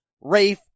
Rafe